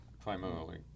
primarily